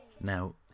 Now